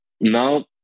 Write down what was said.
Now